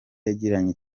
yagiranye